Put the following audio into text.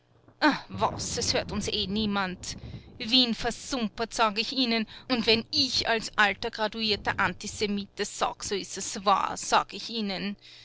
was es hört uns eh niemand wien versumpert sag ich ihnen und wenn ich als alter graduierter antisemit das sag so ist es wahr sag ich ihnen